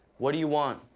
what do you want?